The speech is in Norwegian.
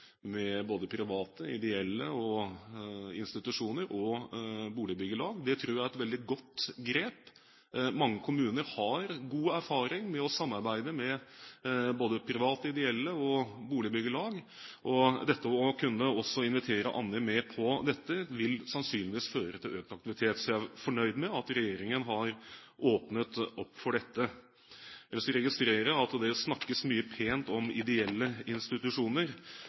med både private ideelle institusjoner og boligbyggelag. Det tror jeg er et veldig godt grep. Mange kommuner har god erfaring med å samarbeide med både private ideelle institusjoner og boligbyggelag. Det å kunne invitere andre med på dette vil sannsynligvis føre til økt aktivitet. Så jeg er fornøyd med at regjeringen har åpnet opp for dette. Jeg registrerer at det snakkes mye pent om ideelle institusjoner.